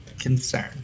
Concern